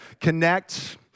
connect